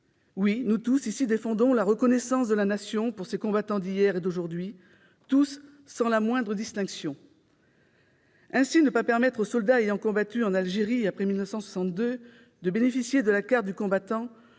ici, nous défendons l'expression de la reconnaissance de la Nation envers ses combattants d'hier et d'aujourd'hui, tous, sans la moindre distinction ! Ainsi, ne pas permettre aux soldats ayant combattu en Algérie après 1962 de bénéficier de la carte du combattant,